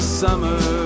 summer